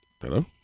Hello